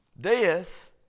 Death